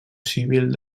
civil